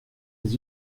les